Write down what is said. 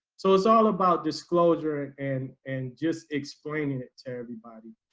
so it's all about disclosure and and just explaining it to everybody.